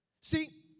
See